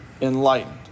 Enlightened